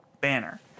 banner